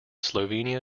slovenia